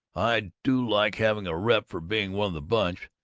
i do like having a rep for being one of the bunch,